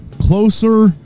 closer